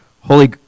Holy